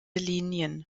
linien